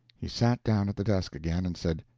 he sat down at the desk again, and said,